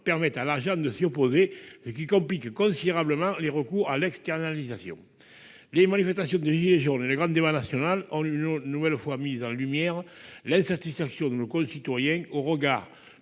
permettent à l'argent de s'y opposer, ce qui complique considérablement les recours à l'externalisation. Les manifestations des gilets jaunes et le grand débat national ont une nouvelle fois mis en lumière l'insatisfaction de nos concitoyens quant